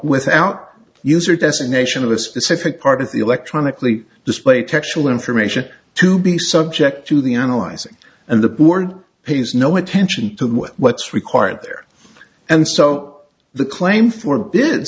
without user designation of a specific part of the electronically display textual information to be subject to the analyzing and the board pays no attention to what's required there and so the claim for